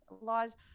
laws